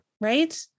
Right